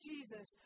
Jesus